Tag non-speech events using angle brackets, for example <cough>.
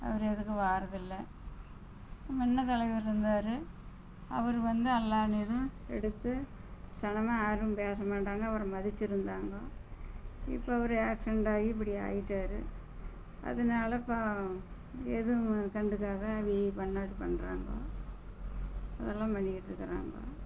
அவர் எதுக்கும் வாரதில்லை முன்ன தலைவர் இருந்தார் அவர் வந்து எல்லாம் <unintelligible> எடுத்து சனமே யாரும் பேச மாட்டாங்க அவரை மதித்திருந்தாங்கோ இப்போ அவர் ஆக்சிடென்ட் ஆகி இப்படி ஆகிட்டாரு அதனால இப்போ எதுவும் கண்டுக்காத இப்படி பண்ணால் இது பண்றாங்கோ அதெல்லாம் பண்ணிக்கிட்டு இருக்கிறாங்கோ